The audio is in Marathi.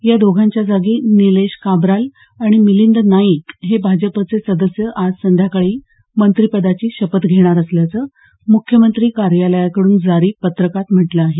या दोघांच्या जागी नीलेश काब्राल आणि मिलिंद नाईक हे भाजपचे सदस्य आज संध्याकाळी मंत्रिपदाची शपथ घेणार असल्याचं मुख्यमंत्री कार्यालयाकडून जारी पत्रकात म्हटलं आहे